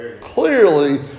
Clearly